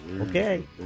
Okay